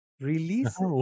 Release